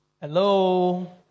Hello